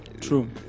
true